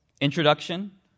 Introduction